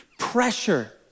pressure